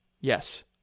Yes